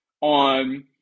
on